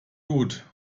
gut